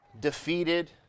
defeated